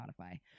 spotify